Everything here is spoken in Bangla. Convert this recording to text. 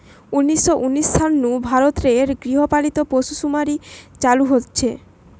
উনিশ শ উনিশ সাল নু ভারত রে গৃহ পালিত পশুসুমারি চালু হইচে